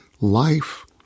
life